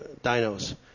Dinos